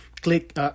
click